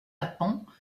apens